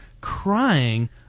crying